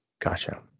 Gotcha